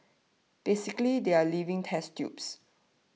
basically they are living test tubes